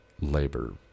labor